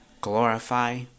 glorify